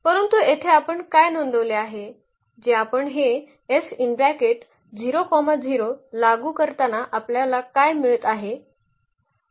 परंतु येथे आपण काय नोंदवले आहे जे आपण हे लागू करताना आपल्याला काय मिळत आहे